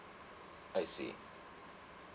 I see